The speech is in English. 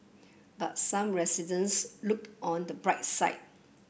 but some residents look on the bright side